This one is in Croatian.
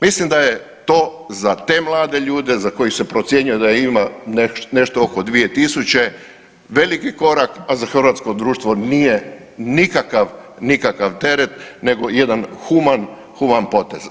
Mislim da je to za te mlade ljude za koje se procjenjuje da ih ima nešto oko 2.000 veliki korak, a za hrvatsko društvo nije nikakav teret nego jedan human potez.